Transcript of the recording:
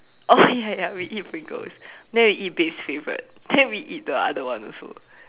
oh ya ya we eat Pringles then we eat bed's favourite then we eat the other one also